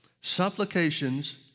supplications